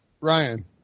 Ryan